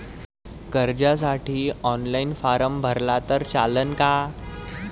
कर्जसाठी online form भरला तर चालन का?